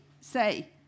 say